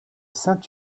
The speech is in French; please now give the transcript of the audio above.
saint